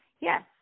Yes